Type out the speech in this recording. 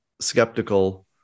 skeptical